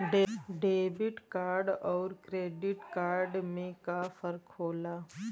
Debit card अउर credit card में का फर्क होला?